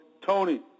Tony